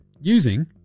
using